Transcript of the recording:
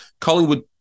Collingwood